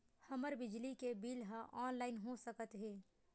हमर बिजली के बिल ह ऑनलाइन हो सकत हे?